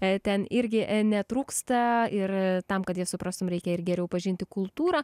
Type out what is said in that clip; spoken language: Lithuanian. ten irgi netrūksta ir tam kad jas suprastume reikia ir geriau pažinti kultūrą